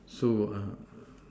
so